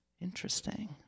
Interesting